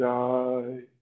die